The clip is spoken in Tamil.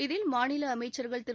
இதில் மாநில அமைச்சர்கள் திரு